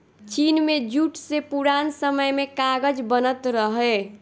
चीन में जूट से पुरान समय में कागज बनत रहे